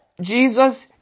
Jesus